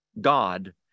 God